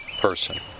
person